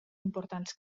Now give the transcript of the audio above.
importants